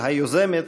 היוזמת,